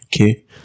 Okay